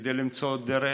כדי למצוא דרך,